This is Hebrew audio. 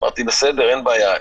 אמרתי: בסדר, אין בעיה.